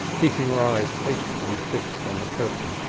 keeping her eyes patiently fixed on the curtain.